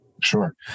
Sure